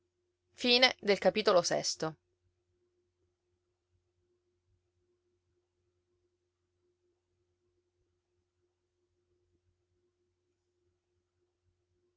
era il nonno